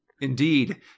Indeed